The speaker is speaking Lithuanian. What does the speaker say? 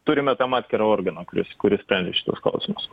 turime tam atskirą organą kuris kuris sprendžia šituos klausimus